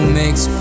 makes